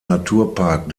naturpark